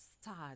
start